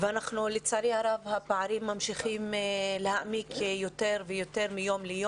לצערי הרב מיום ליום הפערים ממשיכים להעמיק יותר ויותר.